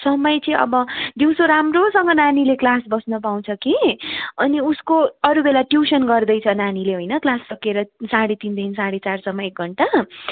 समय चाहिँ अब दिउँसो राम्रोसँगले नानीले क्लास बस्न पाउँछ कि अनि उसको अरू बेला ट्युसन गर्दैछ नानीले होइन क्लास सकेर साढे तिनदेखि साढे चारसम्म एक घण्टा